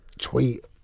tweet